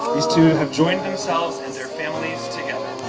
these two have joined themselves and their families together.